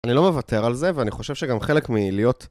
אני לא מוותר על זה, ואני חושב שגם חלק מלהיות...